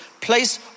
place